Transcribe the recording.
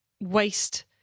waste